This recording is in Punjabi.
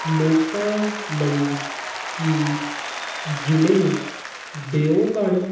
ਲੋਕਾਂ ਲਈ ਕੀ ਜ਼ਿਲ੍ਹੇ ਦਿਓਘੜ